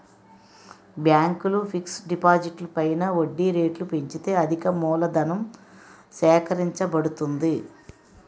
బ్యాంకులు ఫిక్స్ డిపాజిట్లు పైన వడ్డీ రేట్లు పెంచితే అధికమూలధనం సేకరించబడుతుంది